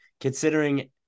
considering